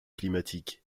climatiques